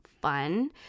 fun